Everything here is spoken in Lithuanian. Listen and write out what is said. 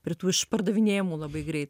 pirktų iš pardavinėjamų labai greit